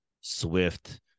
swift